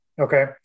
okay